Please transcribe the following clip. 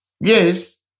Yes